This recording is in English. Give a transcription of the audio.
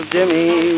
Jimmy